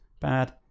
bad